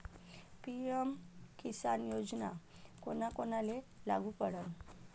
PM Kisan योजना कोना कोनाले लागू पडन?